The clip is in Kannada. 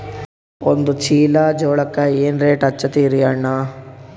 ಒಂದ ಚೀಲಾ ಜೋಳಕ್ಕ ಏನ ರೇಟ್ ಹಚ್ಚತೀರಿ ಅಣ್ಣಾ?